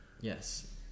Yes